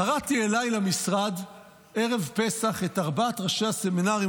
קראתי אליי למשרד בערב פסח את ארבעת ראשי הסמינרים,